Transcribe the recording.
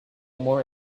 more